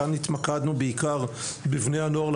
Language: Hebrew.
כאן התמקדנו בעיקר בבני הנוער,